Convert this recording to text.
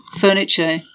furniture